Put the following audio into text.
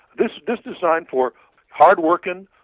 this this designed for hard working,